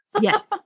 Yes